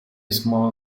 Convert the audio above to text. small